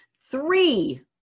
three